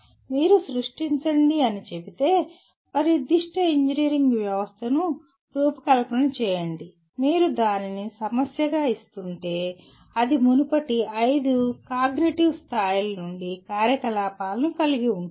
మీరు సృష్టించండి అని చెబితే ఒక నిర్దిష్ట ఇంజనీరింగ్ వ్యవస్థను రూపకల్పన చేయండి మీరు దానిని సమస్యగా ఇస్తుంటే అది మునుపటి ఐదు కాగ్నిటివ్ స్థాయిల నుండి కార్యకలాపాలను కలిగి ఉంటుంది